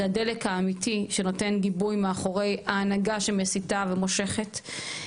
זה הדלק האמיתי שנותן גיבוי מאחורי ההנהגה שמסיתה וממושכת.